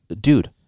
Dude